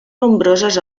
nombroses